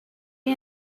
and